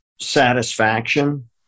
satisfaction